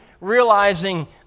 realizing